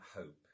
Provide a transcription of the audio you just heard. hope